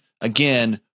again